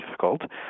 difficult